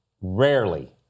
Rarely